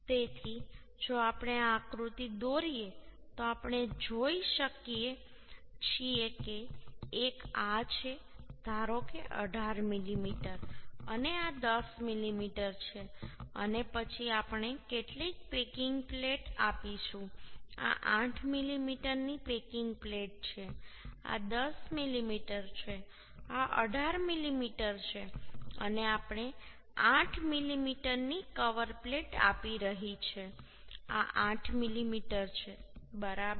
તેથી જો આપણે આ આકૃતિ દોરીએ તો આપણે જોઈ શકીએ છીએ કે એક આ છે ધારો કે 18 મીમી અને આ 10 મીમી છે અને પછી આપણે કેટલીક પેકિંગ પ્લેટ આપીશું આ 8 મીમીની પેકિંગ પ્લેટ છે આ 10 મીમી છે આ 18 મીમી છે અને આપણે 8 મીમી ની કવર પ્લેટ આપી રહી છે આ 8 મીમી છે બરાબર